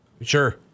Sure